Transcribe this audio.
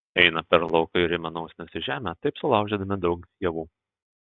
eina per lauką ir įmina usnis į žemę taip sulaužydami daug javų